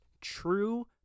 true